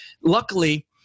luckily